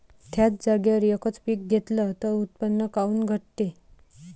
थ्याच जागेवर यकच पीक घेतलं त उत्पन्न काऊन घटते?